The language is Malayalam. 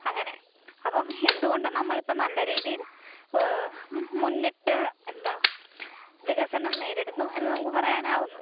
അങ്ങനെ അപ്പം എന്തു കൊണ്ടും നമ്മളിപ്പം നല്ല രീതിയിൽ മുന്നിട്ട് എന്താണ് വികസനം നേരിടുന്നു എന്ന് നമുക്ക് പറയാനാകുന്നു